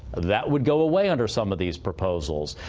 that would go away under some of these proposals.